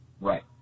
Right